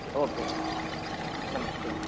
okay ರೀ ನಮಸ್ತೆ ರೀ